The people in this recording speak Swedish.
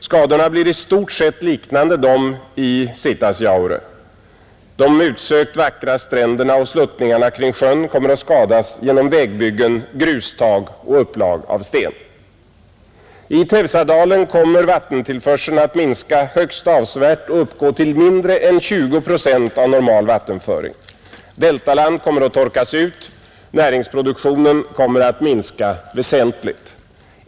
Skadorna blir i stort sett liknande dem i Sitasjaure, De utsökt vackra stränderna och sluttningarna kring sjön skadas genom vägbyggen, grustag och upplag av sten, I Teusadalen kommer vattentillförseln att minska högst avsevärt och uppgå till mindre än 20 procent av normal vattenföring. Deltaland kommer att torkas ut, näringsproduktionen kommer att minska väsent ligt.